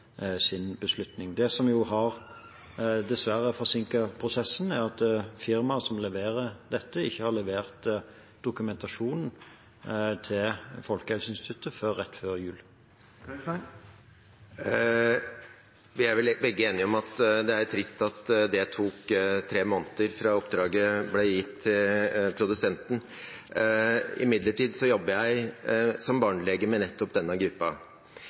sin beslutning. Det som dessverre har forsinket prosessen, er at firmaet som leverer dette, ikke har levert dokumentasjonen til Folkehelseinstituttet før rett før jul. Vi er vel begge enige om at det er trist at det tok tre måneder fra oppdraget ble gitt, til produsenten leverte sin dokumentasjon. Jeg jobber imidlertid som barnelege med nettopp denne